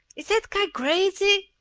is that guy crazy?